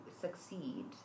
succeed